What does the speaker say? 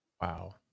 Wow